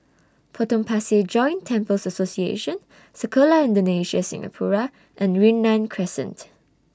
Potong Pasir Joint Temples Association Sekolah Indonesia Singapura and Yunnan Crescent